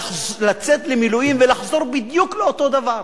לצאת למילואים ולחזור בדיוק לאותו דבר.